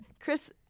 chris